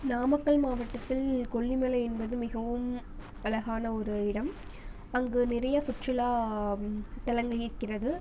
நாமக்கல் மாவட்டத்தில் கொல்லிமலை என்பது மிகவும் அழகான ஒரு இடம் அங்கு நிறைய சுற்றுலா தலங்கள் இருக்கிறது